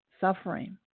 suffering